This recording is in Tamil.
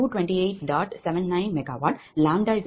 21MW Pg2350 MWPg3228